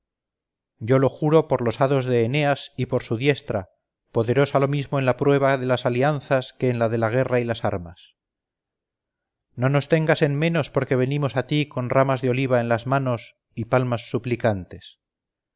yo lo juro por los hados de eneas y por su diestra poderosa lo mismo en la prueba de las alianzas que en la de la guerra y las armas no nos tengas en menos porque venimos a ti con ramas de oliva en las manos y palabras suplicantes